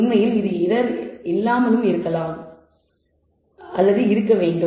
உண்மையில் இது எரர் இல்லாமல் இருக்க வேண்டும்